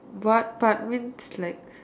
what part means like